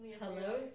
Hello